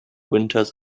winters